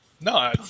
No